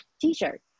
t-shirt